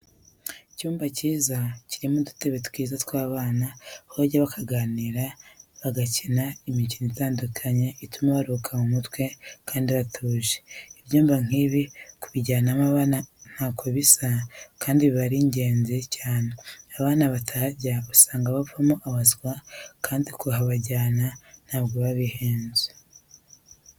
Icyumba cyiza kirimo udutebe twiza tw'abana aho bajya bakaganira, bagakina imikino itandukanye ituma baruhuka mu mutwe kandi batuje, ibyumba nk'ibi kubijyanamo abana ntako bisa kandi biba ari ingenzi cyane. Abana batahajya usanga bavamo abaswa kandi kuhabajyana ntabwo biba bihenze.